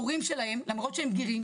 למרות שהם בגירים,